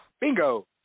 Bingo